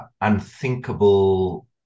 unthinkable